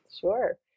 Sure